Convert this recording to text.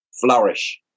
flourish